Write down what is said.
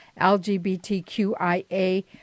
LGBTQIA